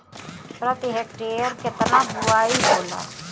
प्रति हेक्टेयर केतना बुआई होला?